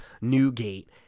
Newgate